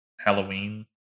Halloween